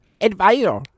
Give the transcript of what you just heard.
advisor